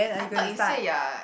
I thought you say you are